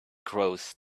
grows